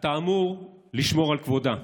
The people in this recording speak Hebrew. אתה אמור לשמור על כבודה,